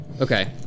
Okay